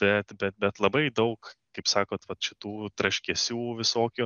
bet bet bet labai daug kaip sakot vat šitų traškesių visokių